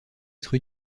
être